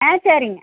ஆ சரிங்க